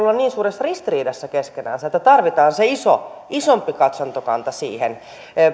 olla niin suuressa ristiriidassa keskenänsä että tarvitaan se isompi katsantokanta siihen